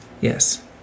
Yes